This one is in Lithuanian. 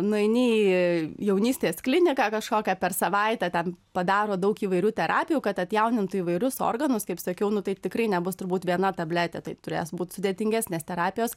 nueini į jaunystės kliniką kažkokią per savaitę ten padaro daug įvairių terapijų kad atjaunintų įvairius organus kaip sakiau nu tai tikrai nebus turbūt viena tabletė tai turės būt sudėtingesnės terapijos